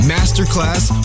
Masterclass